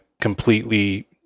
completely